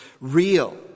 real